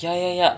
ya like